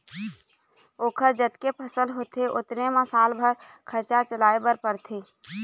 ओखर जतके फसल होथे ओतने म साल भर खरचा चलाए बर परथे